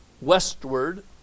westward